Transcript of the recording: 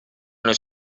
los